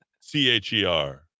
C-H-E-R